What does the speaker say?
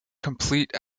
complete